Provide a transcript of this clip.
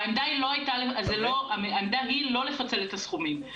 העמדה היא לא לפצל את הסכומים.